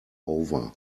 over